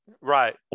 right